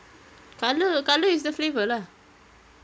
colour colour is the flavour lah